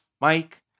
Mike